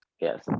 Yes